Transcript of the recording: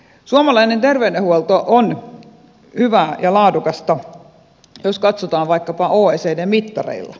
suomalainen terveydenhuolto on hyvää ja laadukasta jos katsotaan vaikkapa oecdn mittareilla